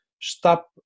stop